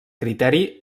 criteri